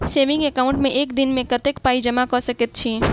Saving account मे एक दिनमे कतेक पाई जमा कऽ सकैत छी?